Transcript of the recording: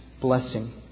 blessing